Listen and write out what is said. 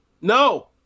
no